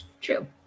true